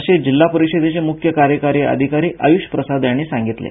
असे जिल्हा परिषदेचे मुख्य कार्यकारी अधिकारी आयुष प्रसाद यांनी सांगितले आहे